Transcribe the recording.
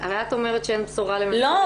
הרי את אומרת שאין בשורה ל- -- לא,